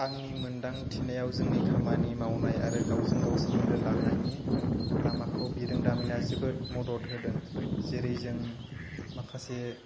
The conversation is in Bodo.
आंनि मोनदांथिनायाव जोंनि खामानि मावनाया आरो गावजों गाव सोमोन्दो लानायनि लामाखौ बिरोंदामिनआ जोबोद मदद होदों जेरै जों माखासे